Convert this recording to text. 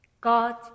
God